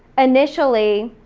initially,